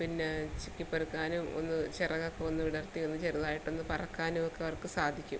പിന്നെ ചിക്കിപ്പെറുക്കാനും ഒന്ന് ചിറകൊക്കെ ഒന്ന് വിടർത്തിയൊന്ന് ചെറുതായിട്ടൊന്ന് പറക്കാനുമൊക്കെ അവർക്ക് സാധിക്കും